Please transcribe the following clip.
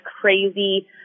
crazy